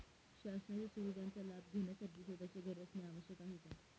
शासनाच्या सुविधांचा लाभ घेण्यासाठी स्वतःचे घर असणे आवश्यक आहे का?